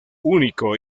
único